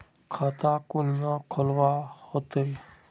खाता कुनियाँ खोलवा होते?